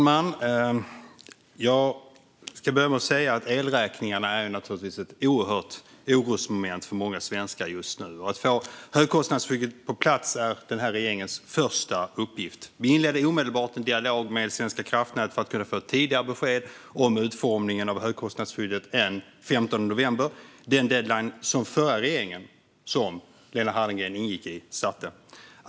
Herr talman! Elräkningarna är naturligtvis ett oerhört orosmoment för många svenskar just nu. Att få högkostnadsskyddet på plats är denna regerings första uppgift. Vi inledde omedelbart en dialog med Svenska kraftnät för att kunna få ett tidigare besked om utformningen av högkostnadsskyddet än den 15 november, den deadline som den förra regeringen - som Lena Hallengren ingick i - satte.